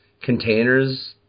containers